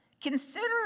Consider